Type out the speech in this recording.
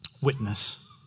Witness